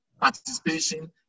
participation